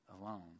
alone